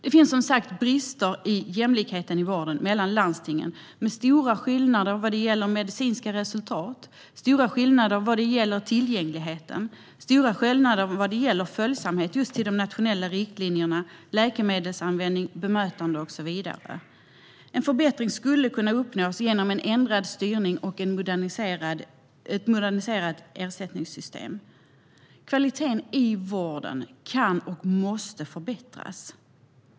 Det finns som sagt brister i jämlikheten i vården mellan landstingen, med stora skillnader vad gäller medicinska resultat, tillgänglighet, följsamhet gentemot de nationella riktlinjerna, läkemedelsanvändning, bemötande och så vidare. En förbättring skulle kunna uppnås genom ändrad styrning och ett moderniserat ersättningssystem. Kvaliteten i vården kan och måste förbättras.